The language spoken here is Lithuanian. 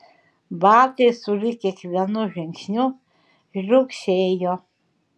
batai sulig kiekvienu žingsniu žliugsėjo